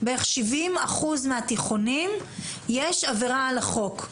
בערך ב- 70% מהתיכונים יש עבירה על החוק.